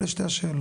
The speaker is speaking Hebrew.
אלה שתי השאלות.